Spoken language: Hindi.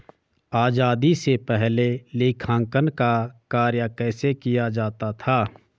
आजादी से पहले लेखांकन का कार्य कैसे किया जाता था?